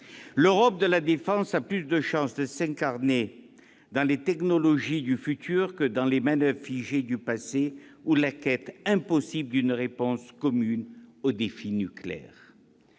L'Europe de la défense a plus de chances de s'incarner dans les technologies du futur que dans les manoeuvres figées du passé ou la quête impossible d'une réponse commune au défi nucléaire